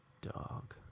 dog